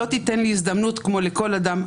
לא תיתן לי הזדמנות כמו לכל אדם.